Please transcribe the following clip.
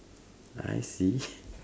I see